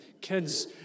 kids